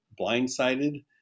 blindsided